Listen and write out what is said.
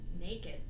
naked